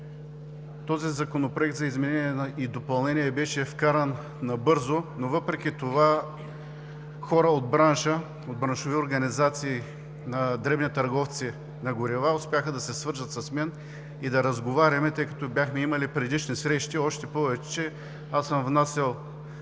Този законопроект за изменение и допълнение беше вкаран набързо, но въпреки това хора от браншови организации на дребни търговци на горива успяха да се свържат с мен и да разговаряме, тъй като бяхме имали предишни срещи, още повече аз съм внасял